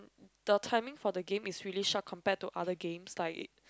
the timing for the game is really short compared to other games